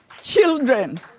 Children